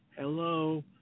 Hello